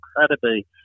incredibly